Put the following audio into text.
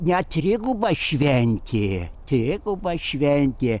net triguba šventė triguba šventė